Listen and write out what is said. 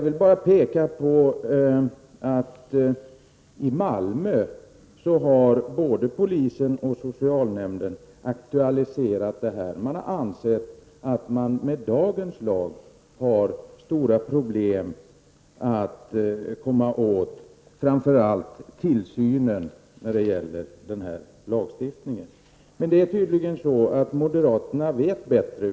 I Malmö har både polisen och socialnämnden aktualiserat det här. Man har ansett att man med dagens lag har stora problem att komma åt framför allt tillsynen när det gäller den här lagstiftningen. Men det är tydligen så att moderaterna vet bättre.